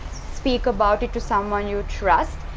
speak about it to someone you trust!